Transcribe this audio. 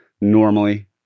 normally